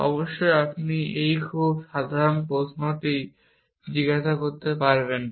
অবশ্যই আপনি এই খুব সাধারণ প্রশ্নটি জিজ্ঞাসা করতে পারবেন না